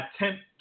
attempt